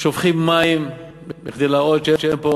שופכים מים כדי להראות שאין פה